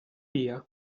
via